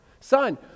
Son